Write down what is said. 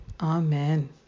Amen